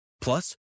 Plus